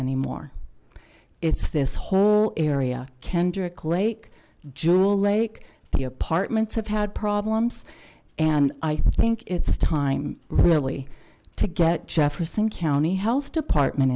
anymore it's this whole area kendrick lake jewel lake the apartments have had problems and i think it's time really to get jefferson county health department